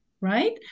right